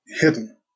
hidden